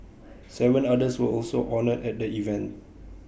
Seven others were also honoured at the event